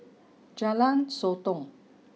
Jalan Sotong